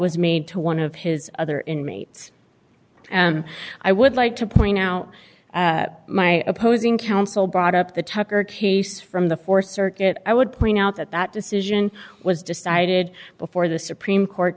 was made to one of his other inmates and i would like to point out my opposing counsel brought up the tucker case from the th circuit i would point out that that decision was decided before the supreme court